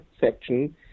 section